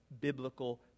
biblical